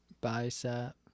bicep